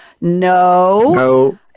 No